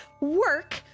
work